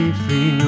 free